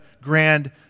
grand